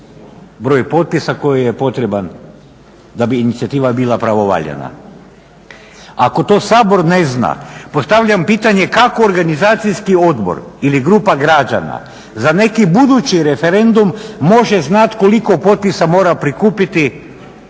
broj potpisa koji je potreban da bi inicijativa bila pravovaljana? Ako to Sabor ne zna, postavljam pitanje kako organizacijski odbor ili grupa građana za neki budući referendum može znati koliko potpisa mora prikupiti da